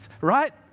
right